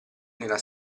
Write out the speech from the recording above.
nella